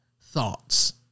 thoughts